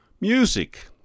Music